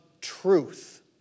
truth